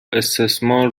استثمار